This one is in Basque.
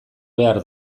behar